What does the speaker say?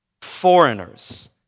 foreigners